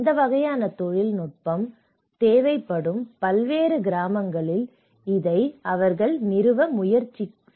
இந்த வகையான தொழில்நுட்பம் தேவைப்படும் பல்வேறு கிராமங்களில் இதை நிறுவ முயற்சித்தார்கள்